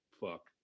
fuck